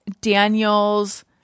Daniel's